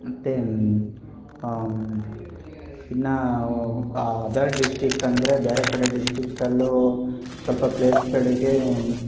ಮತ್ತು ಇನ್ನು ಇನ್ನು ಅದರ್ ಡಿಸ್ಟಿಕ್ ಅಂದರೆ ಬೇರೆ ಕಡೆ ಡಿಸ್ಟಿಕಲ್ಲೂ ಸ್ವಲ್ಪ ಪ್ಲೇಸ್ಗಳಿಗೆ